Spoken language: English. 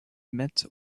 met